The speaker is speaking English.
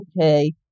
okay